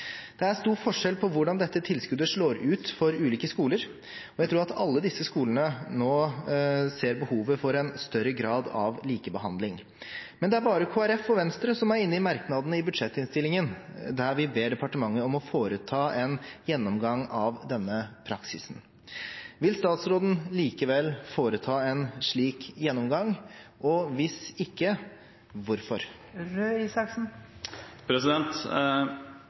Det er stor forskjell på hvordan dette tilskuddet slår ut for ulike skoler, og jeg tror at alle disse skolene nå ser behovet for en større grad av likebehandling. Men det er bare Kristelig Folkeparti og Venstre som er inne i merknaden i budsjettinnstillingen, der vi ber departementet om å foreta en gjennomgang av denne praksisen. Vil statsråden likevel foreta en slik gjennomgang, og hvis ikke – hvorfor?